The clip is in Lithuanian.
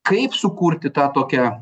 kaip sukurti tą tokią